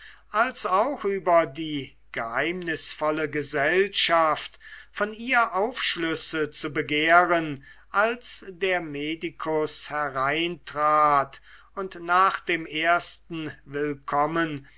als auch über die geheimnisvolle gesellschaft von ihr aufschlüsse zu begehren als der medikus hereintrat und nach dem ersten willkommen